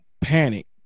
panic